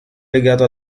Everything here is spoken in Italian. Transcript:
legato